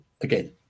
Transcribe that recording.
again